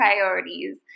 priorities